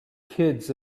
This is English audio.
kids